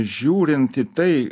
žiūrint į tai